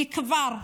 אתמול,